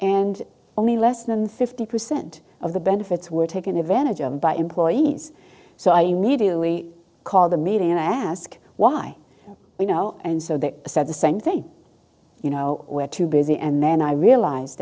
and only less than fifty percent of the benefits were taken advantage of by employees so i immediately called the meeting and i ask why you know and so they said the same thing you know where too busy and then i realize